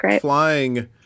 flying